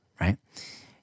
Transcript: Right